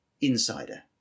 insider